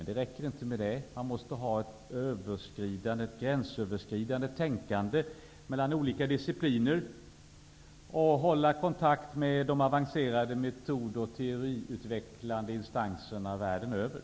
Det räcker inte med det. Man måste ha ett gränsöverskridande tänkande mellan olika discipliner och hålla kontakt med de avancerade metod och teoriutvecklande instanserna världen över.